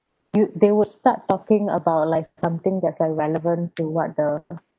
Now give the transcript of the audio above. you they will start talking about like something that's irrelevant to what the